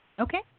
okay